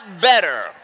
better